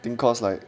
think cause like